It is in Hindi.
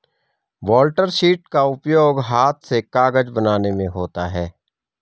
ब्लॉटर शीट का उपयोग हाथ से कागज बनाने में होता है